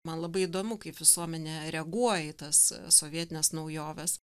man labai įdomu kaip visuomenė reaguoja į tas sovietines naujoves